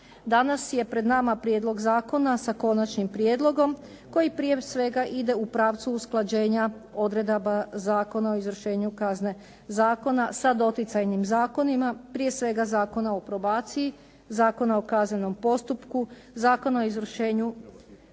Danas je pred nama prijedlog zakona sa konačnim prijedlogom koji prije svega ide u pravcu usklađenja odredaba Zakona o izvršenju kazne zatvora sa doticajnim zakonima, prije svega Zakona o probaciji, Zakona o kaznenom postupku, Zakona o izvršenju